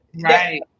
right